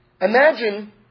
Imagine